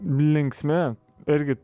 linksmi irgi